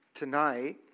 Tonight